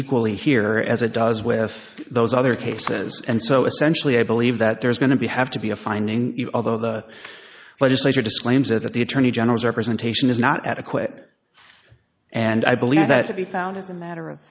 equally here as it does with those other cases and so essentially i believe that there is going to be have to be a finding although the legislature disclaims that the attorney general's representation is not adequate and i believe that to be found as a matter of